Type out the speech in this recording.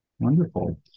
Wonderful